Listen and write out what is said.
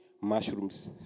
mushrooms